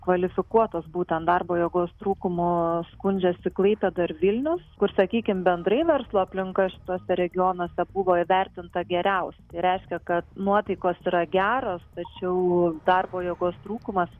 kvalifikuotos būtent darbo jėgos trūkumu skundžiasi klaipėda ir vilnius kur sakykim bendrai verslo aplinka šituose regionuose buvo įvertinta geriausiai tai reiškia kad nuotaikos yra geros tačiau darbo jėgos trūkumas